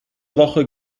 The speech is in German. woche